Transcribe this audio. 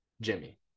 jimmy